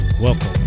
Welcome